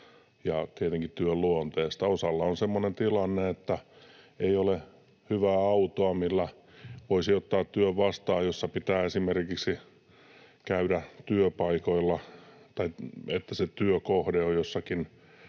ja tietenkin työn luonteesta. Osalla on semmoinen tilanne, että ei ole hyvää autoa, millä voisi ottaa työn vastaan, jos pitää esimerkiksi käydä eri työpaikoilla tai jos se työkohde on välillä